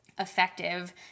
effective